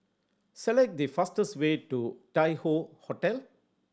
select the fastest way to Tai Hoe Hotel